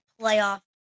playoff